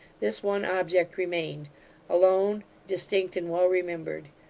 this one object remained alone, distinct, and well remembered.